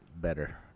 better